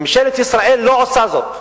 ממשלת ישראל לא עושה זאת,